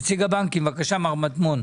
בבקשה, נציג הבנקים, מר מדמון.